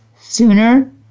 sooner